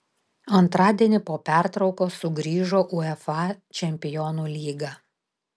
antradienį po pertraukos sugrįžo uefa čempionų lyga